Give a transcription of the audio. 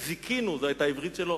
"זיכינו" זאת היתה העברית שלו,